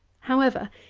however,